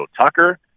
Tucker